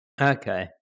okay